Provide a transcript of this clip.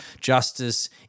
Justice